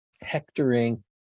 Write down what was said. hectoring